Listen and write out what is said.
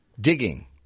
digging